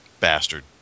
bastard